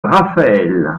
raphaël